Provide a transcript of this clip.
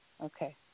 Okay